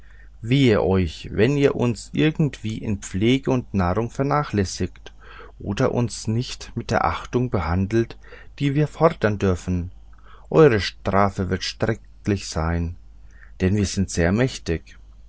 wehe euch wenn ihr uns irgendwie in pflege und nahrung vernachlässigt oder uns nicht mit der achtung behandelt die wir fordern dürfen eure strafe wird schrecklich sein denn wir sind sehr mächtig